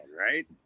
right